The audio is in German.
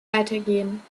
weitergehen